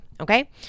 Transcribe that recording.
okay